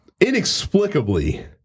inexplicably